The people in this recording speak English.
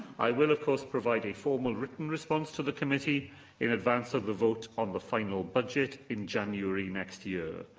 i will, of course, provide a formal written response to the committee in advance of the vote on the final budget in january next year.